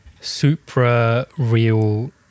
supra-real